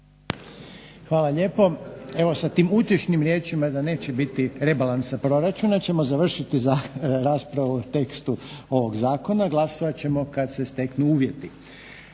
Hvala lijepo. Evo sa tim utješnim riječima da neće biti rebalansa proračuna ćemo završiti raspravu o tekstu ovog zakona. Glasovat ćemo kad se steknu uvjeti.